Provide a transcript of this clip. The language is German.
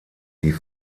die